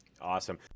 Awesome